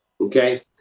okay